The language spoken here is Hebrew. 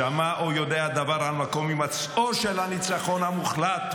שמע או יודע דבר על מקום הימצאו של הניצחון המוחלט,